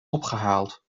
opgehaald